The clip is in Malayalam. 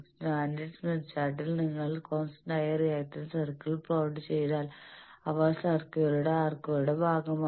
സ്റ്റാൻഡേർഡ് സ്മിത്ത് ചാർട്ടിൽ നിങ്ങൾ കോൺസ്റ്റന്റായ റിയാക്റ്റൻസ് സർക്കിളുകൾ പ്ലോട്ട് ചെയ്താൽ അവ സർക്കിളുകളുടെ ആർക്കുകളുടെ ഭാഗമാകും